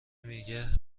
میگه